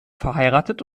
verheiratet